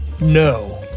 No